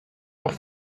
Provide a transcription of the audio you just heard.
auch